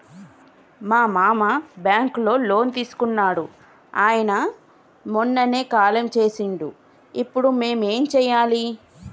మా మామ బ్యాంక్ లో లోన్ తీసుకున్నడు అయిన మొన్ననే కాలం చేసిండు ఇప్పుడు మేం ఏం చేయాలి?